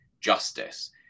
justice